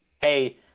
hey